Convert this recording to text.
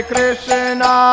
Krishna